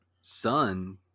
sun